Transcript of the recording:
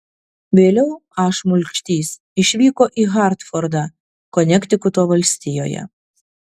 vėliau a šmulkštys išvyko į hartfordą konektikuto valstijoje